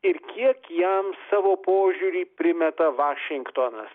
ir kiek jam savo požiūrį primeta vašingtonas